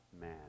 man